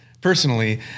personally